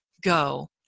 go